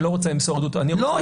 אני לא רוצה למסור עדות --- לא,